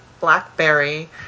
Blackberry